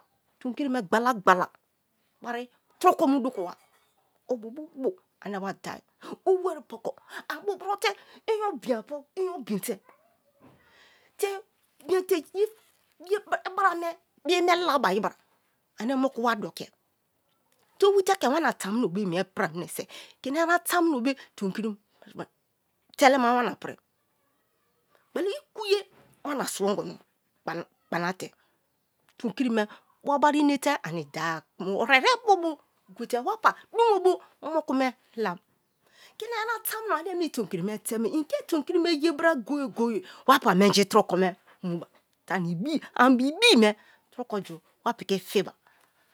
Tomkiri me gbala gbala bari turo ko mu duku wa obu bu bu ane wa da-i owu eri poko anbu buro te̠ inyo bi̠n apu inyo bi̠n te̠, te miete ibrra me bimé la bai bra ane moku wa dokiè te owu te ke wana tamuno be mie prie mine̠se̠, kini yana tamuno be tomkiri telema wana pri gbala iku ye wana sibi ogono gbana gbana te̠, tomkiri me wabari inete ani da kuma orèrè bu̠bu̠ wa pa dumo bo̠̠ moku me lam kini yana tamuno anne mi tomkiri me teme ye inke tomkiri me ye bra goye goye wa pa menji turo ko me muba, te ani bi ani be ibi me turo ko ju wa piki fiba